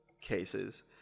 cases